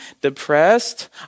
depressed